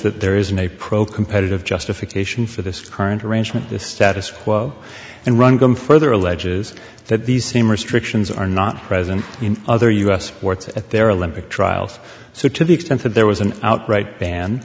that there isn't a pro competitive justification for this current arrangement the status quo and run game further alleges that these same restrictions are not present in other u s sports at their olympic trials so to the extent that there was an outright ban